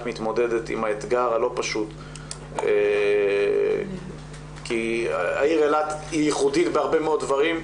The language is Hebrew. מתמודדת עם האתר הלא פשוט כי העיר אילת היא ייחודית בהרבה מאוד דברים,